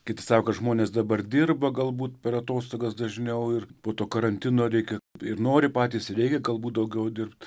kiti sako kad žmonės dabar dirba galbūt per atostogas dažniau ir po to karantino reikia ir nori patys ir reikia galbūt daugiau dirbti